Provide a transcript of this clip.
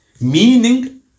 meaning